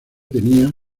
tenía